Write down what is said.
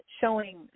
showing